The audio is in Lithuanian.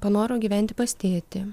panoro gyventi pas tėtį